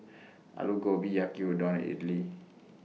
Alu Gobi Yaki Udon and Idili